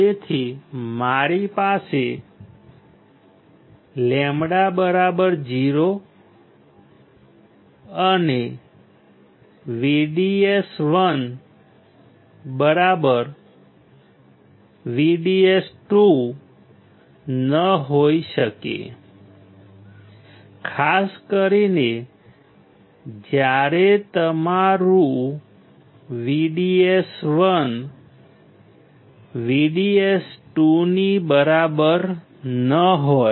તેથી મારી પાસે λ 0 અને VDS1VDS2 ન હોઈ શકે ખાસ કરીને જ્યારે તમારું VDS1 VDS2 ની બરાબર ન હોય